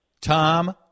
Tom